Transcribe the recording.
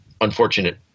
unfortunate